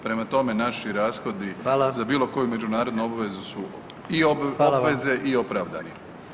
Prema tome naši rashodi za bilo koju [[Upadica: Hvala.]] međunarodnu obvezu su i obveze i opravdani.